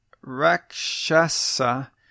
rakshasa